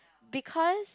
because